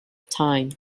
time